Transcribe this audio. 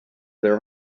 their